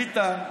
ביטן,